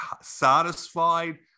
satisfied